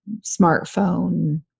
smartphone